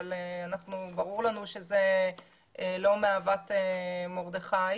אבל ברור לנו שזה לא מאהבת מרדכי.